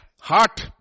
heart